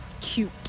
cute